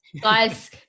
Guys